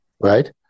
right